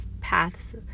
paths